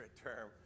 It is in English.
term